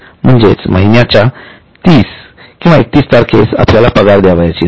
म्हणजे महिन्याच्या तीस किंवा एकतीस तारखेस आपल्याला पगार द्यायची असते